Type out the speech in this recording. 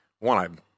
One